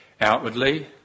Outwardly